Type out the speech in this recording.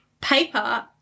paper